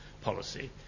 policy